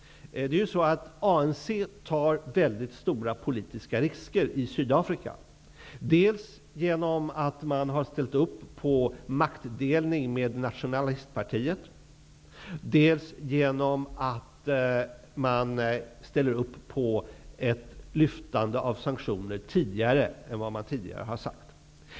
ANC tar stora politiska risker i Sydafrika. Det beror dels på att ANC har ställt upp på maktdelning tillsammans med Nationalistpartiet, dels på att ANC har ställt upp på ett tidigare lyftande av sanktionerna.